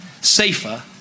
safer